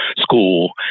school